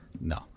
no